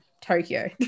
Tokyo